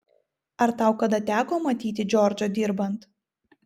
ar tau kada teko matyti džordžą dirbant